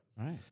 Right